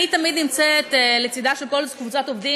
אני תמיד נמצאת לצדה של כל קבוצת עובדים